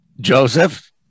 Joseph